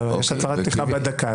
יש לך הצהרת פתיחה בדקה,